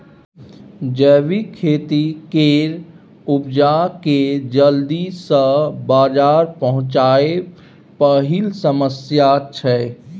जैबिक खेती केर उपजा केँ जल्दी सँ बजार पहुँचाएब पहिल समस्या छै